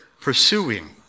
pursuing